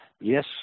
yes